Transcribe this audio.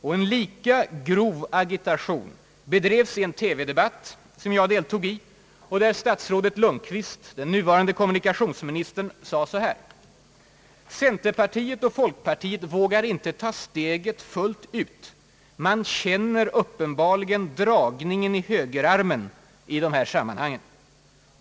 Och lika grov agitation bedrevs i en TV-debatt som jag deltog i och där statsrådet Lundkvist — nuvarande kommunikationsministern — sade så här: »——— centerpartiet och folkpartiet vågar inte ta steget fullt ut — man känner uppenbärligen dragningen i högerarmen 'i de här sammanhangen.